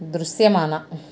దృశ్యమాన